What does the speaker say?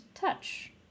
touch